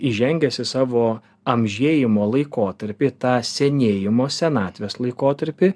įžengęs į savo amžėjimo laikotarpį tą senėjimo senatvės laikotarpį